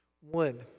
One